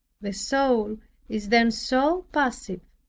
the soul is then so passive,